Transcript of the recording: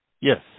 Yes